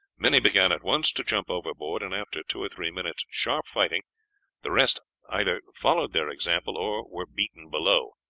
many began at once to jump overboard, and after two or three minutes' sharp fighting the rest either followed their example or were beaten below.